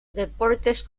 deportes